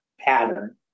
pattern